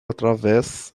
através